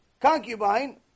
Concubine